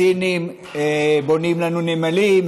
הסינים בונים לנו נמלים,